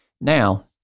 Now